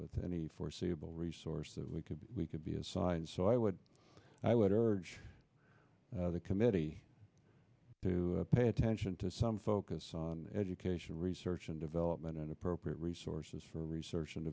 with any foreseeable resource that we could we could be assigned so i would i would urge the committee to pay attention to some focus on education research and development in appropriate resources for research and